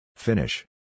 Finish